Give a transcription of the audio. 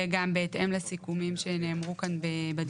זה גם בהתאם לסיכומים שנאמרו כאן בדיון הקודם.